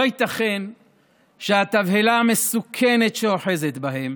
לא ייתכן שהתבהלה המסוכנת שאוחזת בהם